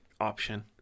option